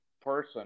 person